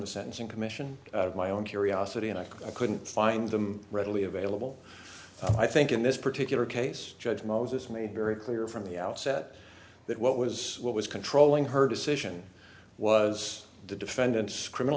the sentencing commission of my own curiosity and i couldn't find them readily available i think in this particular case judge moses made very clear from the outset that what was what was controlling her decision was the defendant's criminal